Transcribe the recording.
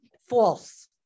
False